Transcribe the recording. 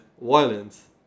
violence